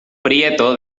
prieto